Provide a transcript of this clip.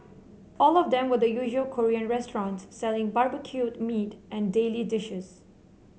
all of them were the usual Korean restaurants selling barbecued meat and daily dishes